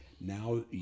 now